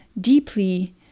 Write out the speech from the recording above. deeply